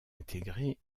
intégrés